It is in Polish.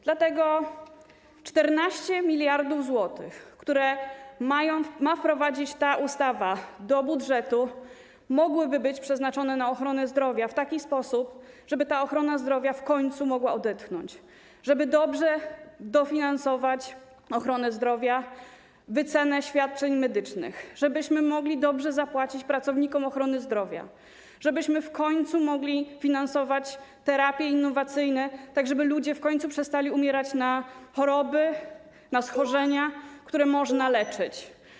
Dlatego 14 mld zł, które ma wprowadzić ta ustawa do budżetu, mogłyby być przeznaczone na ochronę zdrowia w taki sposób, żeby ta ochrona zdrowia w końcu mogła odetchnąć, żeby dobrze dofinansować ochronę zdrowia, wycenę świadczeń medycznych, żebyśmy mogli dobrze zapłacić pracownikom ochrony zdrowia, żebyśmy w końcu mogli finansować terapie innowacyjne, tak aby ludzie w końcu przestali umierać na choroby, na schorzenia, które można leczyć.